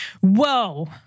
Whoa